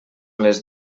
les